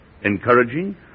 encouraging